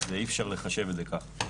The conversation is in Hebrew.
אז אי אפשר לחשב את זה ככה.